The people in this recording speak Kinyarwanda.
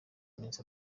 iminsi